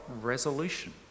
resolution